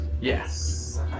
Yes